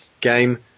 Game